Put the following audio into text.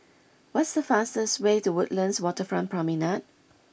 what is the fastest way to Woodlands Waterfront Promenade